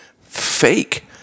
fake